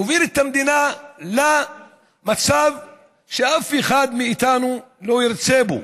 היא תוביל את המדינה למצב שאף אחד מאיתנו לא ירצה בו.